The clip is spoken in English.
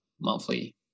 monthly